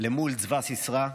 מול צבא סיסרא.